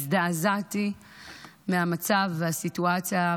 הזדעזעתי מהמצב והסיטואציה,